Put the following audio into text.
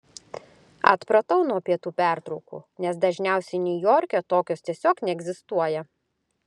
atpratau nuo pietų pertraukų nes dažniausiai niujorke tokios tiesiog neegzistuoja